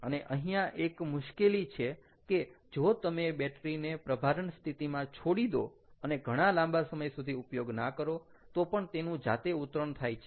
અને અહીંયા એક મુશ્કેલી છે કે જો તમે બેટરી ને પ્રભારણ સ્થિતિમાં છોડી દો અને ઘણા લાંબા સમય સુધી ઉપયોગ ના કરો તો પણ તેનું જાતે ઉતરણ થાય છે